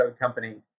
companies